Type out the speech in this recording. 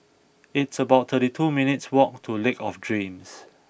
it's about thirty two minutes' walk to Lake of Dreams